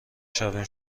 شویم